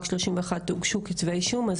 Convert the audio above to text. רק בכ-31 מקרים הוגשו כתבי אישום אז